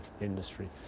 industry